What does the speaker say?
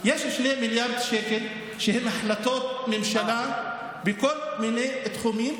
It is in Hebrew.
שהם החלטות ממשלה בכל מיני תחומים,